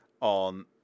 on